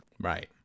Right